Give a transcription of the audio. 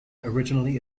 originally